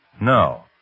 No